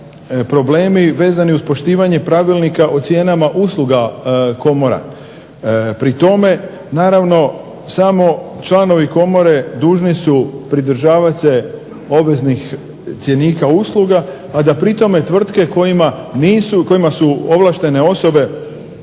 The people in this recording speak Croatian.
problemi vezani uz poštivanje Pravilnika o cijenama usluga komora. Pri tome, naravno, samo članovi komore dužni su pridržavati se obveznih cjenika usluga, a da pri tome tvrtke kojima su ovlaštene osobe